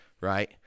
right